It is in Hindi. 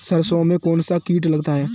सरसों में कौनसा कीट लगता है?